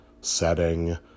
setting